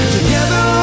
Together